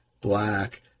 Black